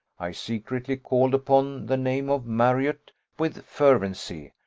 i secretly called upon the name of marriott with fervency,